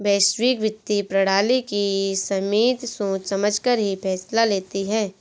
वैश्विक वित्तीय प्रणाली की समिति सोच समझकर ही फैसला लेती है